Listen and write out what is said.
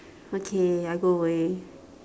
okay I go away